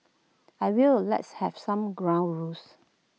I will let's have some ground rules